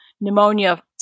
pneumonia